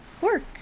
work